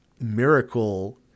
miracle